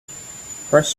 first